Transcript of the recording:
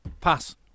pass